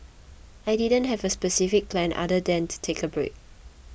I didn't have a specific plan other than to take a break